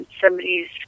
somebody's